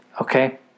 Okay